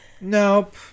Nope